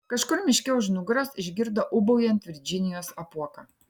kažkur miške už nugaros išgirdo ūbaujant virdžinijos apuoką